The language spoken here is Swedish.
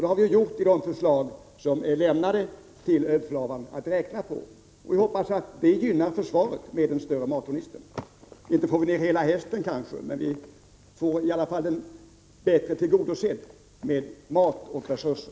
Det har vi också gjort i de förslag som lämnas till överbefälhavaren att räkna på. Och vi hoppas att en större mattornister gynnar försvaret. Vi får kanske inte med hela hästen, men vi får den i alla fall bättre tillgodosedd med mat och resurser.